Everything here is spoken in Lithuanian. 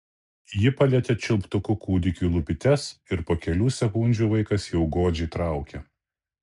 ji palietė čiulptuku kūdikiui lūpytes ir po kelių sekundžių vaikas jau godžiai traukė